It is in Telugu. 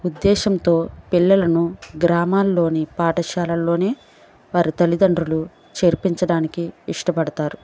ఉద్దేశంతో పిల్లలను గ్రామాల్లోని పాఠశాలల్లోనే వారి తల్లితండ్రులు చేర్పించడానికి ఇష్టపడతారు